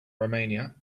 romania